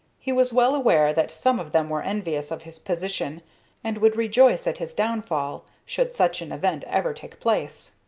he was well aware that some of them were envious of his position and would rejoice at his downfall, should such an event ever take place.